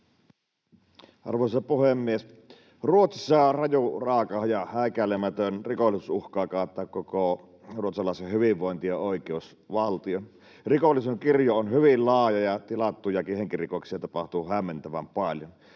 Arvoisa puhemies! Ruotsissa raju, raaka ja häikäilemätön rikollisuus uhkaa kaataa koko ruotsalaisen hyvinvointi- ja oikeusvaltion. Rikollisuuden kirjo on hyvin laaja, ja tilattujakin henkirikoksia tapahtuu hämmentävän paljon.